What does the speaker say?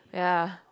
ya